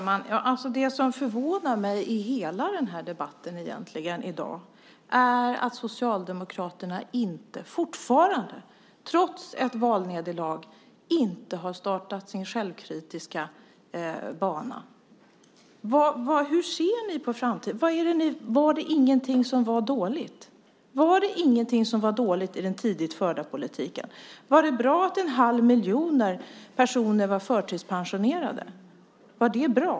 Fru talman! Det som förvånar mig i hela den här debatten i dag är att Socialdemokraterna fortfarande inte, trots ett valnederlag, har startat sin självkritiska bana. Hur ser ni på framtiden? Var det ingenting som var dåligt i den tidigare förda politiken? Var det bra att en halv miljon personer var förtidspensionerade? Var det bra?